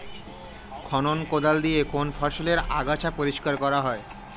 খনক কোদাল দিয়ে কোন ফসলের আগাছা পরিষ্কার করা হয়?